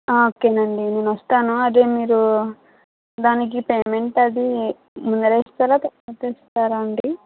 ఓకేనండీ నేను వస్తాను అదే మీరు దానికి పేమెంట్ అదీ ముందరే ఇస్తారా తర్వాత ఇస్తారా అండీ